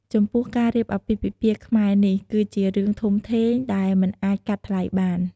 ចំពោះ ការរៀបអាពាហ៍ពិពាហ៍ខ្មែរនេះ គឺជារឿងធំធេងដែលមិនអាចកាត់ថ្លៃបាន។